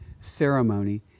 ceremony